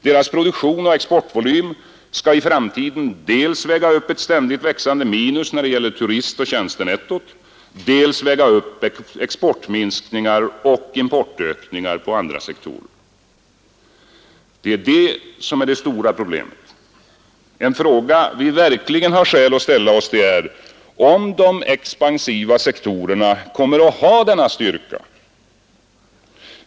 Deras produktion och exportvolym skall i framtiden dels väga upp ett ständigt växande minus när det gäller turistoch tjänstenettot, dels väga upp exportminskningar och importökningar på andra sektorer. Det är det stora problemet. En fråga som vi verkligen har skäl att ställa oss är om de expansiva sektorerna kommer att ha denna styrka.